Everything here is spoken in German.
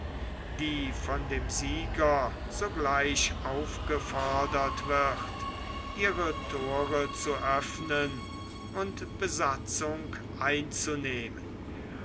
die von dem sieger sogleich aufgefordert wird ihre thore zu öffnen und besatzung einzunehmen